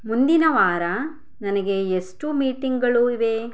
ಮುಂದಿನ ವಾರ ನನಗೆ ಎಷ್ಟು ಮೀಟಿಂಗಳು ಇವೆ